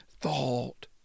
thought